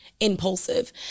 impulsive